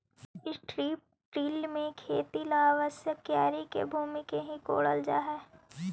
strip till में खेत ला आवश्यक क्यारी के भूमि के ही कोड़ल जा हई